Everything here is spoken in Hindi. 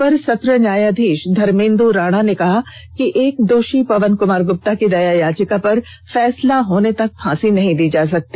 अपर सत्र न्यारयाधीश धर्मेन्दु राणा ने कहा कि एक दोषी पवन कुमार गुप्ता की दया याचिका पर फैसला होने तक फांसी नहीं दी जा सकती